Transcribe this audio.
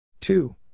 Two